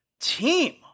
team